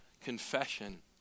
confession